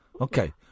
Okay